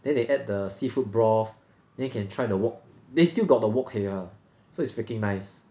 then they add the seafood broth then can try the wok~ they still got the wok hey ah so it's freaking nice